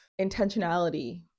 intentionality